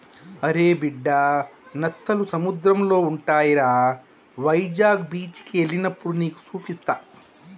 అరే బిడ్డా నత్తలు సముద్రంలో ఉంటాయిరా వైజాగ్ బీచికి ఎల్లినప్పుడు నీకు సూపిస్తా